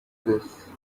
this